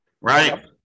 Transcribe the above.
right